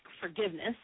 forgiveness